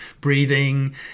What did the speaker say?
Breathing